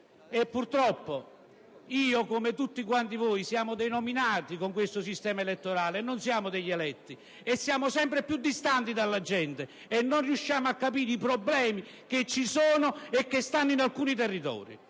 e purtroppo io, come tutti quanti voi, sono nominato con questo sistema elettorale, non sono un eletto. Siamo sempre più distanti dalla gente e non riusciamo a capire i problemi che ci sono in alcuni territori.